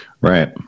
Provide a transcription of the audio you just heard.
Right